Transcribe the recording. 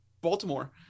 baltimore